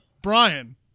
Brian